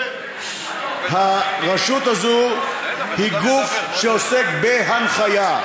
הרשות הזאת היא גוף שעוסק בהנחיה,